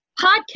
podcast